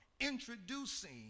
introducing